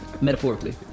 metaphorically